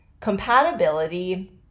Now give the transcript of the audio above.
compatibility